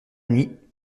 nuit